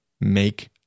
make